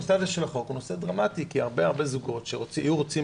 הנושא של החוק הוא נושא דרמטי כי הרבה זוגות שיהיו רוצים